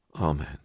Amen